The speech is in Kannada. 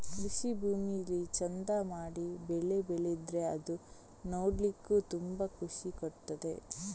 ಕೃಷಿ ಭೂಮಿಲಿ ಚಂದ ಮಾಡಿ ಬೆಳೆ ಬೆಳೆದ್ರೆ ಅದು ನೋಡ್ಲಿಕ್ಕೂ ತುಂಬಾ ಖುಷಿ ಕೊಡ್ತದೆ